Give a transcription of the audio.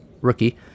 rookie